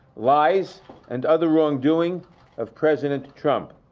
lies and other young doing of president trump.